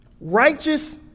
righteous